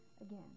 again